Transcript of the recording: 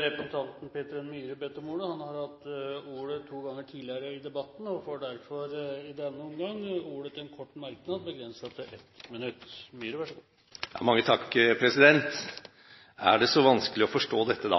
Representanten Peter N. Myhre har hatt ordet to ganger tidligere i debatten og får i denne omgang ordet til en kort merknad begrenset til 1 minutt. Er det så vanskelig å forstå dette?